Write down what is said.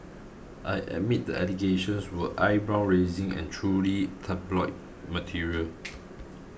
I admit the allegations were eyebrow raising and truly tabloid material